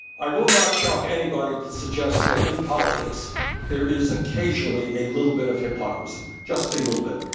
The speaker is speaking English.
i will not shock anybody to suggest that in politics there is occasionally a little bit of hypocrisy. just a little bit.